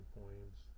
points